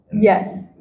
Yes